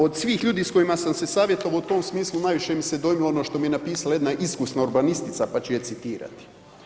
Od svih ljudi s kojima sam se savjetovao u tom smislu, najviše mi se dojmilo ono što mi je napisala jedna iskustva urbanistica pa ću je citirati.